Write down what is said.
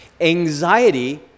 Anxiety